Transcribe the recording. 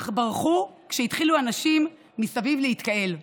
אך ברחו כשהתחילו אנשים להתקהל מסביב.